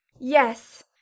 Yes